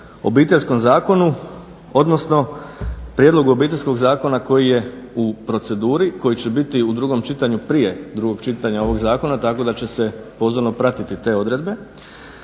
Obiteljskom zakonu odnosno prijedlogu obiteljskog zakona koji je u proceduri, koji će biti u drugom čitanju, prije drugog čitanja ovog zakona tako da će se pozorno pratiti te odredbe.